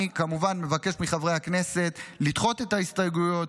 אני כמובן מבקש מחברי הכנסת לדחות את ההסתייגויות,